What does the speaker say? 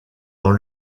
dans